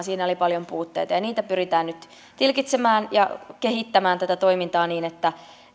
siinä oli paljon puutteita niitä pyritään nyt tilkitsemään ja kehittämään tätä toimintaa niin että